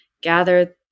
gathered